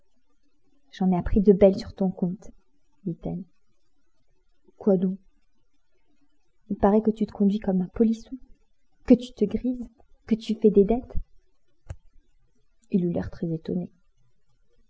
j'en ai appris de belles sur ton compte dit-elle quoi donc il paraît que tu te conduis comme un polisson que tu te grises que tu fais des dettes il eut l'air très étonné